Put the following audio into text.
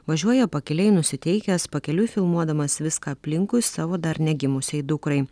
važiuoja pakiliai nusiteikęs pakeliui filmuodamas viską aplinkui savo dar negimusiai dukrai